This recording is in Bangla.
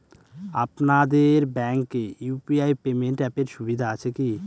আপনাদের ব্যাঙ্কে ইউ.পি.আই পেমেন্ট অ্যাপের সুবিধা আছে কি?